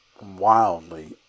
wildly